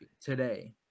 today